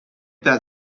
that